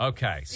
Okay